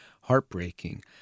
heartbreaking